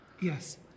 Yes